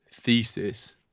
thesis